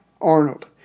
Arnold